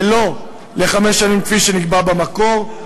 ולא חמש שנים, כפי שנקבע במקור.